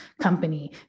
company